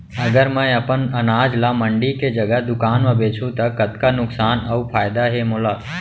अगर मैं अपन अनाज ला मंडी के जगह दुकान म बेचहूँ त कतका नुकसान अऊ फायदा हे मोला?